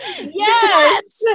Yes